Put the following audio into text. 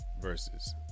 versus